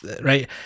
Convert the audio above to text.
right